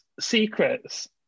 secrets